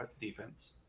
defense